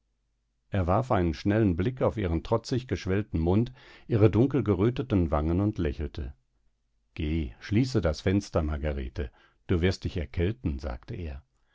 er warf einen schnellen blick auf ihren trotzig geschwellten mund ihre dunkel geröteten wangen und lächelte geh schließe das fenster margarete du wirst dich erkälten sagte er